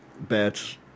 bats